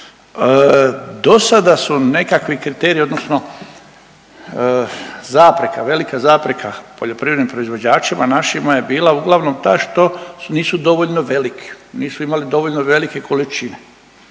Dosada su nekakvi kriteriji odnosno zapreka, velika zapreka poljoprivrednim proizvođačima našima je bila uglavnom ta što nisu dovoljno veliki, nisu imali dovoljno velike količine.